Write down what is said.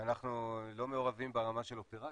אנחנו לא מעורבים ברמה של אופרציה,